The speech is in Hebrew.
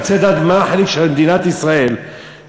רציתי לדעת מה החלק שמדינת ישראל משקיעה,